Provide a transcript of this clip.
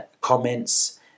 comments